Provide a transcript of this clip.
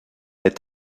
est